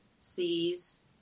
sees